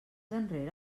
enrere